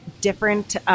different